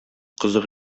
кызык